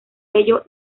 ello